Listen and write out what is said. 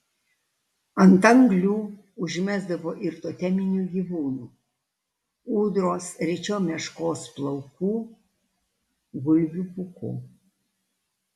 ant anglių užmesdavo ir toteminių gyvūnų ūdros rečiau meškos plaukų gulbių pūkų